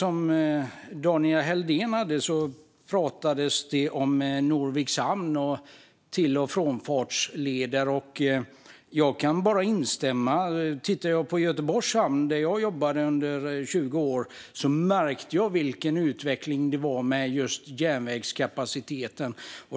I Daniel Helldéns anförande kom Norviks hamn och till och frånfartsleder upp. Jag kan bara instämma. Under de 20 år jag jobbade i Göteborgs hamn lade jag märke till utvecklingen i järnvägskapaciteten.